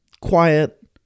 Quiet